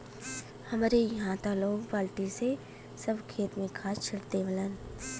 हमरे इहां त लोग बल्टी से सब खेत में खाद छिट देवलन